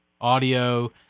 audio—